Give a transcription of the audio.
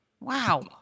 Wow